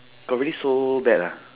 got really so bad ah